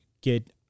get